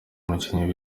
umukinnyi